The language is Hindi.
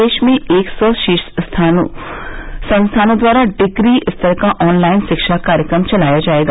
देश में एक सौ शीर्ष संस्थानों द्वारा डिग्री स्तर का ऑनलाइन शिक्षा कार्यक्रम चलाया जाएगा